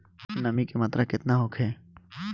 नमी के मात्रा केतना होखे?